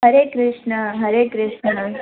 हरे कृष्णा हरे कृष्णा